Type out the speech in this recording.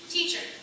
Teacher